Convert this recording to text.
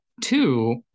two